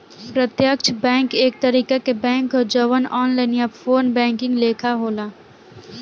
प्रत्यक्ष बैंक एक तरीका के बैंक ह जवन ऑनलाइन या फ़ोन बैंकिंग लेखा होला